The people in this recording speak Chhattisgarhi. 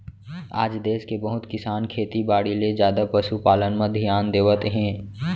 आज देस के बहुत किसान खेती बाड़ी ले जादा पसु पालन म धियान देवत हें